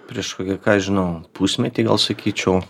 prieš kokį ką aš žinau pusmetį gal sakyčiau